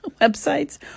websites